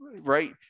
Right